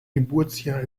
geburtsjahr